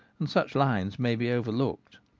and such lines may be overlooked.